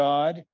God